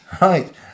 Right